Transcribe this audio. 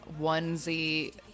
onesie